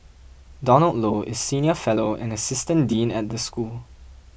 Donald Low is senior fellow and assistant dean at the school